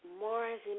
Mars